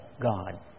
God